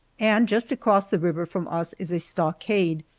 and just across the river from us is a stockade,